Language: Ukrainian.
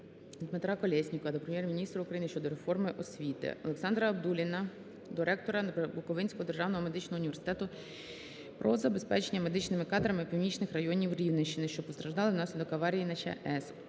Дмитра Колєснікова до Прем'єр-міністра України щодо реформи освіти. Олександра Абдулліна до ректора Буковинського державного медичного університету про забезпечення медичними кадрами північних районів Рівненщини, що постраждали від наслідків аварії на ЧАЕС.